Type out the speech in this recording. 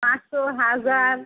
পাঁচশো হাজার